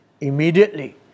immediately